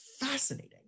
fascinating